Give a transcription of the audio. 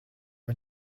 and